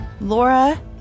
Laura